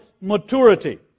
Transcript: maturity